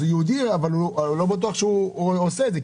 הוא יהודי אבל לא בטוח שעושה את זה,